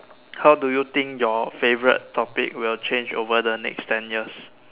how do you think your favorite topic will change over the next ten years